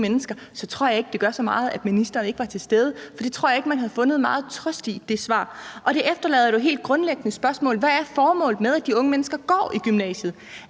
mennesker, så tror jeg ikke, det gør så meget, at ministeren ikke var til stede, for jeg tror ikke, man havde fundet meget trøst i det svar. Og det efterlader jo det helt grundlæggende spørgsmål: Hvad er formålet med, at de unge mennesker går i gymnasiet?